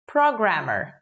Programmer